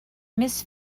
miss